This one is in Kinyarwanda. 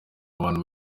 abantu